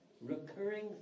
recurring